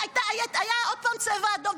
היה עוד פעם צבע אדום,